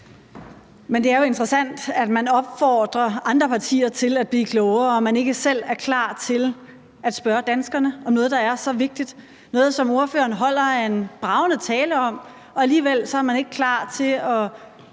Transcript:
Men det er jo interessant, at man opfordrer andre partier til at blive klogere, og at man ikke selv er klar til at spørge danskerne om noget, der er så vigtigt. Det er noget, som ordføreren holder en bragende tale om, men alligevel er man ikke klar til at